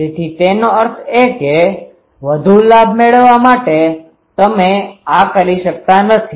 તેથી તેનો અર્થ એ કે વધુ લાભ મેળવવા માટે તમે આ કરી શકતા નથી